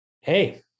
Hey